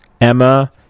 Emma